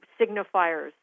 signifiers